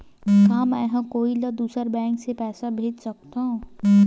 का मेंहा कोई ला दूसर बैंक से पैसा भेज सकथव?